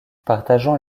partageant